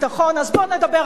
אז בוא נדבר על ביטחון,